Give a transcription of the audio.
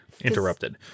interrupted